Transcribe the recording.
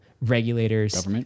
regulators